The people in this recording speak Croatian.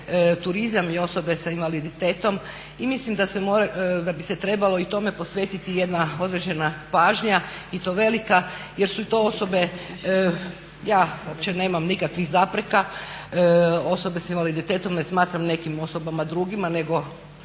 turizam i osobe s invaliditetom. I mislim da bi se trebalo i tome posvetiti jedna određena pažnja i to velika jer su i to osobe, ja opće nemam nikakvih zapreka, osobe sa invaliditetom ne smatram nekim osobama drugima nego